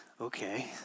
okay